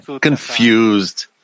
confused